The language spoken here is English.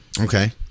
Okay